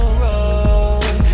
road